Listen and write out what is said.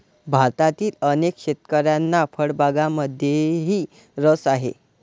भारतातील अनेक शेतकऱ्यांना फळबागांमध्येही रस आहे